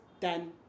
done